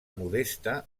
modesta